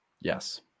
yes